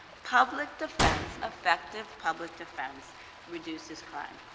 public defense, effective public defense reduces crime.